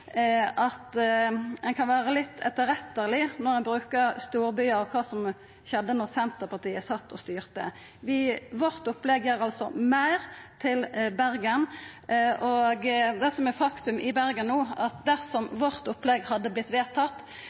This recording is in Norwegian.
at ein kan vera litt etterretteleg når ein snakkar om storbyane og kva som skjedde då Senterpartiet styrte. Med vårt opplegg vert det meir til Bergen. Når det gjeld Bergen, trur eg at dersom vårt opplegg hadde vorte vedtatt,